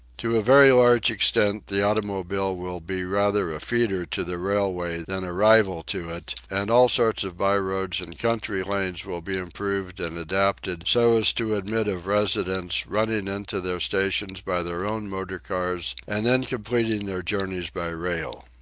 to a very large extent the automobile will be rather a feeder to the railway than a rival to it and all sorts of by-roads and country lanes will be improved and adapted so as to admit of residents running into their stations by their own motor-cars and then completing their journeys by rail.